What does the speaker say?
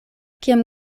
kiam